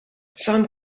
sean